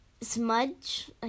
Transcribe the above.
smudge